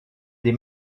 des